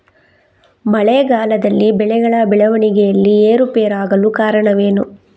ಮಳೆಗಾಲದಲ್ಲಿ ಬೆಳೆಗಳ ಬೆಳವಣಿಗೆಯಲ್ಲಿ ಏರುಪೇರಾಗಲು ಕಾರಣವೇನು?